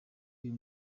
uyu